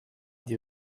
die